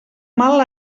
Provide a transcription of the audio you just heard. mal